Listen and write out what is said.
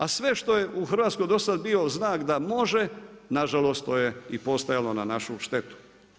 A sve što je u Hrvatskoj do sad bio znak da može, nažalost to je i postojalo na našu štetu.